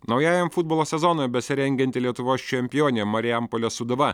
naujajam futbolo sezonui besirengianti lietuvos čempionė marijampolės sūduva